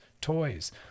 toys